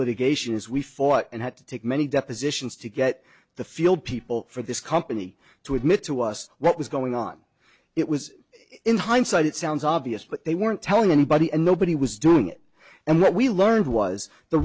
litigation is we fought and had to take many depositions to get the feel people for this company to admit to us what was going on it was in hindsight it sounds obvious but they weren't telling anybody and nobody was doing it and what we learned was the